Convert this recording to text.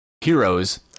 heroes